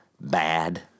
Bad